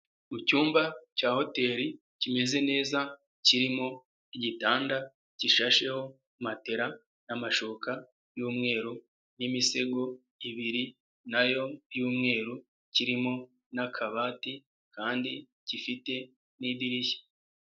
mu cyumba cya hoteri kimeze neza, kirimo igitanda gishasheho matela n'amashoka y'umweru n'imisego ibiri nayo y'umweru, kirimo n'akabati kandi gifite n'idirishya.